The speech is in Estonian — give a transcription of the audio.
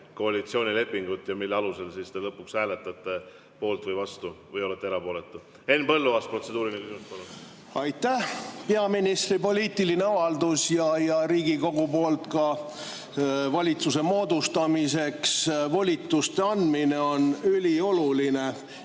koalitsioonilepingut, mille alusel te lõpuks hääletate poolt või vastu, või olete erapooletu. Henn Põlluaas, protseduuriline küsimus, palun! Aitäh! Peaministri poliitiline avaldus ja Riigikogu poolt valitsuse moodustamiseks volituste andmine on ülioluline